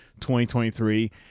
2023